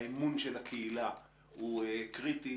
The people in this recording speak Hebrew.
האמון של הקהילה הוא קריטי.